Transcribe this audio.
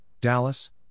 Dallas